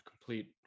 complete